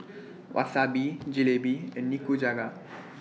Wasabi Jalebi and Nikujaga